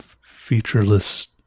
featureless